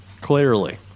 clearly